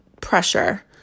pressure